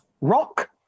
rock